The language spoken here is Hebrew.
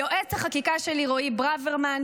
ליועץ החקיקה שלי רועי ברוורמן.